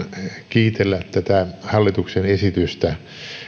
kiitellä tätä hallituksen esitystä